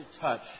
touch